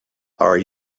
are